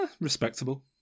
Respectable